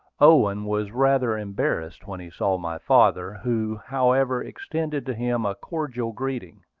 owen was rather embarrassed when he saw my father, who however extended to him a cordial greeting.